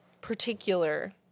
particular